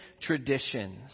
traditions